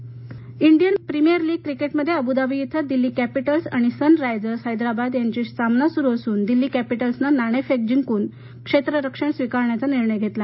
cricket Indian premier league क्रिकेटमध्ये Abu Dhabi इथं Delhi Capitals आणि सन रायझर्स हैदराबादशी यांच्यात सामना सुरु असून दिल्ली कॅपिटल्सनं नाणेफेक जिंकून क्षेत्ररक्षण स्वीकारण्याचा निर्णय घेतला